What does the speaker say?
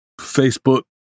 Facebook